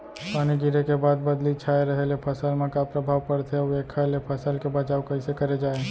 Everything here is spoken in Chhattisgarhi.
पानी गिरे के बाद बदली छाये रहे ले फसल मा का प्रभाव पड़थे अऊ एखर ले फसल के बचाव कइसे करे जाये?